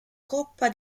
coppa